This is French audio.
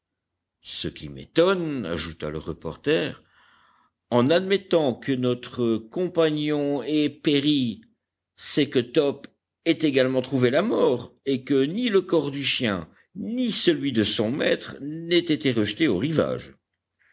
ce qui m'étonne ajouta le reporter en admettant que notre compagnon ait péri c'est que top ait également trouvé la mort et que ni le corps du chien ni celui de son maître n'aient été rejetés au rivage